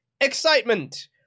excitement